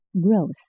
growth